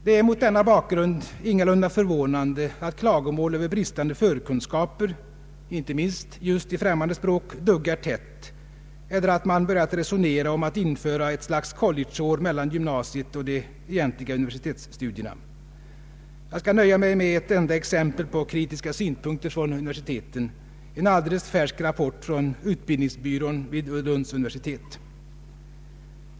Det är mot denna bakgrund ingalunda förvånande att klagomål över bristande förkunskaper — inte minst i just främmande språk — duggar tätt eller att man börjat resonera om att införa ett slags collegeår mellan gymnasiet och de egentliga universitetsstudierna. Jag skall nöja mig med ett enda exempel på kritiska synpunkter från universiteten, en alldeles färsk rapport från utbildningsbyrån vid Lunds universitet.